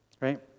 Right